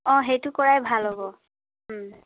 অঁ সেইটো কৰাই ভাল হ'ব